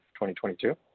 2022